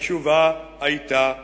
התשובה היתה שלילית.